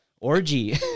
Orgy